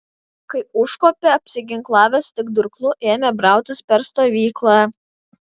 kai užkopė apsiginklavęs tik durklu ėmė brautis per stovyklą